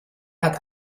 hat